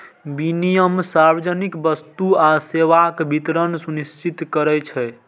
विनियम सार्वजनिक वस्तु आ सेवाक वितरण सुनिश्चित करै छै